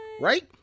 right